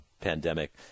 pandemic